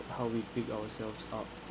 how we pick ourselves up